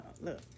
Look